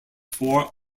four